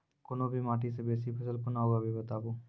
कूनू भी माटि मे बेसी फसल कूना उगैबै, बताबू?